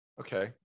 Okay